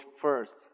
first